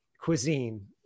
cuisine